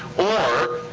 or,